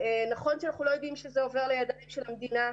נכון שאנחנו לא יודעים שזה עובר לידיים של המדינה,